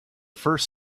first